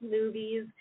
movies